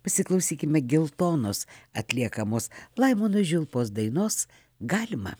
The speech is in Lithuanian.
pasiklausykime geltonos atliekamos laimono žiulpos dainos galima